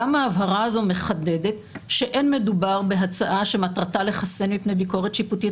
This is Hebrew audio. גם ההבהרה הזו מחדדת שאין מדובר בהצעה שמטרתה לחסן מפני ביקורת שיפוטית